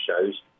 shows